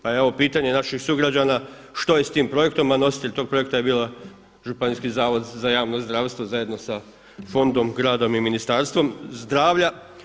Pa evo pitanja naših sugrađana što je s tim projektom, a nositelj tog projekta je bio Županijski zavod za javno zdravstvo zajedno sa fondom, gradom i Ministarstvom zdravlja.